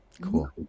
Cool